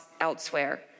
elsewhere